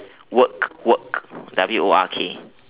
work work W O R K